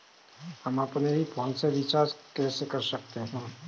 हम अपने ही फोन से रिचार्ज कैसे कर सकते हैं?